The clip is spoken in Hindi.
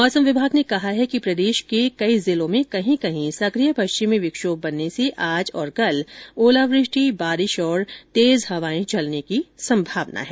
मौसम विभाग ने कहा है कि प्रदेश के कई जिलों में सक्रिय पश्चिमी विक्षोभ बनने से आज और कल ओलावृष्टि बारिश और तेज हवांए चलने की संभावना है